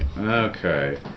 Okay